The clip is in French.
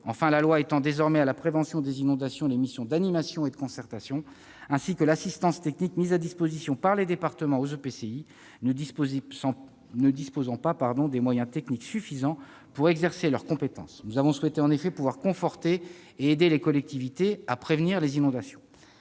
Enfin, la loi étend désormais à la prévention des inondations les missions d'animation et de concertation, ainsi que l'assistance technique mise par les départements à la disposition des EPCI ne disposant pas des moyens techniques suffisants pour exercer leurs compétences. Nous avons souhaité en effet pouvoir conforter les collectivités et les aider à prévenir les inondations.